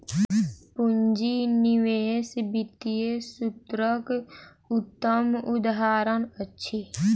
पूंजी निवेश वित्तीय सूत्रक उत्तम उदहारण अछि